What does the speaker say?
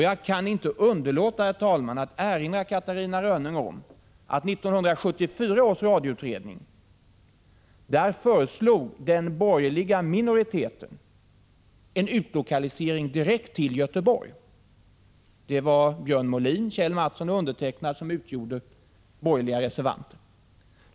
Jag kan inte underlåta att erinra Catarina Rönnung om att den borgerliga minoriteten i 1974 års radioutredning föreslog en utlokalisering direkt till Göteborg; det var Björn Molin, Kjell Mattsson och jag som var de borgerliga reservanterna.